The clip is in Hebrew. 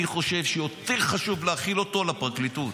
אני חושב שיותר חשוב להחיל אותו על הפרקליטות.